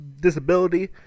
disability